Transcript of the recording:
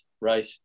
Right